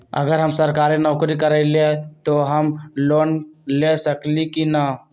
अगर हम सरकारी नौकरी करईले त हम लोन ले सकेली की न?